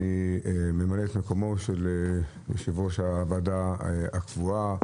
אני ממלא את מקומו של יושב-ראש הוועדה הקבועה,